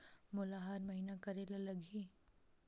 मोला हर महीना करे ल लगही?